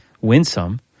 winsome